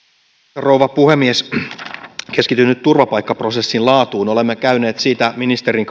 rouva puhemies keskityn nyt turvapaikkaprosessin laatuun olemme käyneet siitä ministerin